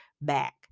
back